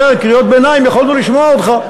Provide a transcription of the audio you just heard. קורא קריאות ביניים יכולנו לשמוע אותך.